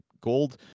gold